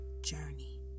journey